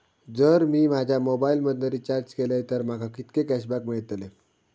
जर मी माझ्या मोबाईल मधन रिचार्ज केलय तर माका कितके कॅशबॅक मेळतले?